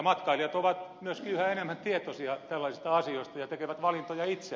matkailijat ovat myöskin yhä enemmän tietoisia tällaisista asioista ja tekevät valintoja itse